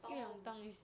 东